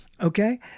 Okay